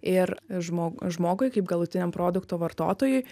ir žmog žmogui kaip galutiniam produkto vartotojui